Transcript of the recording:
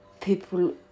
people